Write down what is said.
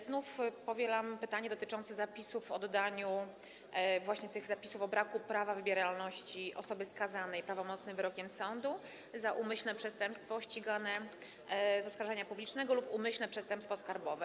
Znów powielam pytanie dotyczące przepisów o dodaniu tych zapisów o braku prawa wybieralności w wypadku osoby skazanej prawomocnym wyrokiem sądu za umyślne przestępstwo ścigane z oskarżenia publicznego lub umyślne przestępstwo skarbowe.